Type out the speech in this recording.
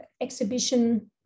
exhibition